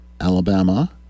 Alabama